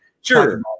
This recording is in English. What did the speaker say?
sure